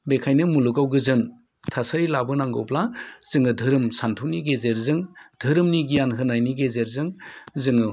बेखायनो मुलुगाव गोजोन थासारि लाबोनांगौब्ला जोङो धोरोम सानथौनि गेजेरजों धोरोमनि गियान होनायनि गेजेरजों जोङो